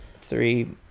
three